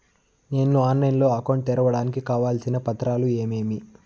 నేను ఆన్లైన్ లో అకౌంట్ తెరవడానికి కావాల్సిన పత్రాలు ఏమేమి?